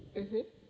mmhmm